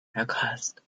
aghast